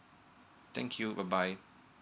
thank you bye bye